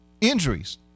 injuries